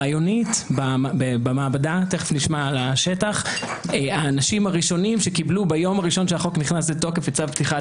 רעיונית במעבדה האנשים הראשונים שקיבלו ביום שהחוק נכנס לתוקף לצו פתיחת